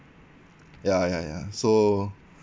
ya ya ya so